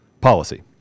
policy